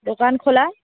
দোকান খোলা